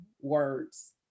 words